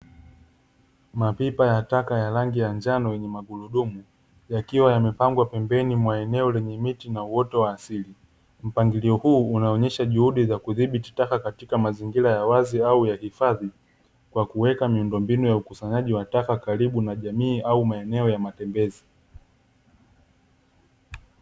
Mapipa ya taka ya rangi ya njano yenye magurudumu yakiwa yamepangwa pembeni mwa eneo lenye miti na uoto wa asili, mpangilio huu unaonyesha juhudi za kudhibiti taka katika mazingira ya wazi au ya hifadhi kwa kuweka miundombinu ya ukusanyaji wa taka karibu na jamii au maeneo ya matembezi.